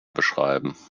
beschreiben